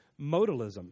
modalism